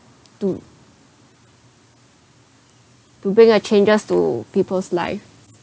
to to bring a changes to people's life